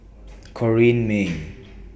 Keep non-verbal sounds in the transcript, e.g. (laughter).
Corrinne May (noise)